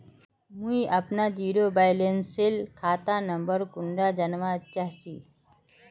मुई अपना zero balance सेल खाता नंबर कुंडा जानवा चाहची?